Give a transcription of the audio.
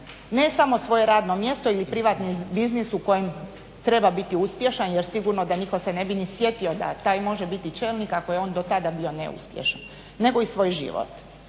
ne samo svoje radno mjesto ili privatni biznis u kojem treba biti uspješan, jer sigurno da nitko se ne bi ni sjetio da taj može biti čelnik, ak je on do tada bio neuspješan, nego i svoj život.